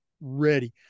Ready